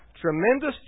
tremendous